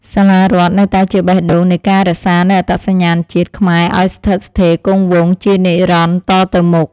សាលារដ្ឋនៅតែជាបេះដូងនៃការរក្សានូវអត្តសញ្ញាណជាតិខ្មែរឱ្យស្ថិតស្ថេរគង់វង្សជានិរន្តរ៍តទៅមុខ។